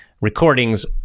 recordings